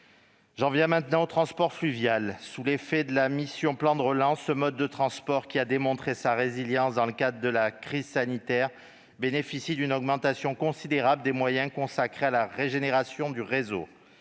J'en viens maintenant au transport fluvial : sous l'effet de la mission « Plan de relance », ce mode de transport, qui a démontré sa résilience dans le cadre de la crise sanitaire, bénéficie d'une augmentation considérable des moyens consacrés à la régénération du réseau.